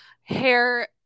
hair